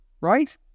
right